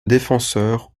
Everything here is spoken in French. défenseur